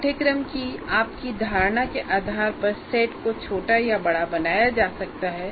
पाठ्यक्रम की आपकी धारणा के आधार पर सेट को छोटा या बड़ा बनाया जा सकता है